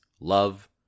love